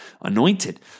anointed